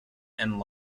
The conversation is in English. and